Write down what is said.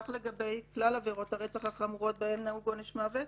כך לגבי כלל עבירות הרצח החמורות בהן נהוג עונש מוות,